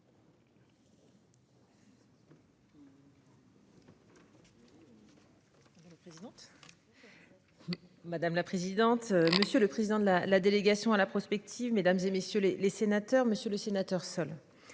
Madame la présidente, monsieur le président de la la délégation à la prospective mesdames et messieurs les les sénateurs, monsieur le sénateur, seul.